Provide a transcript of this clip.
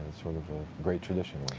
sort of a great tradition.